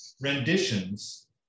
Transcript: renditions